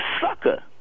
sucker